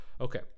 okay